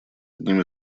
одним